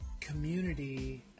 community